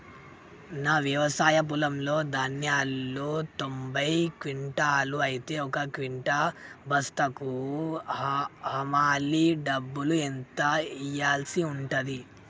నా వ్యవసాయ పొలంలో ధాన్యాలు తొంభై క్వింటాలు అయితే ఒక క్వింటా బస్తాకు హమాలీ డబ్బులు ఎంత ఇయ్యాల్సి ఉంటది?